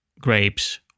grapes